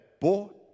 bought